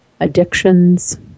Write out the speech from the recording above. addictions